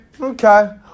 okay